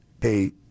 pay